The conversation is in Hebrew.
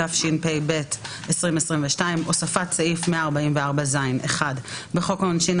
התשפ״ב-2022 הוספת סעיף 144ז1. בחוק העונשין,